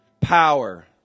power